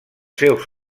seus